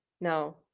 no